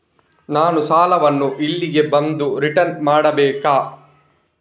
ನಾನು ಸಾಲವನ್ನು ಇಲ್ಲಿಗೆ ಬಂದು ರಿಟರ್ನ್ ಮಾಡ್ಬೇಕಾ?